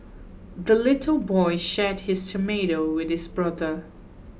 the little boy shared his tomato with his brother